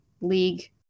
league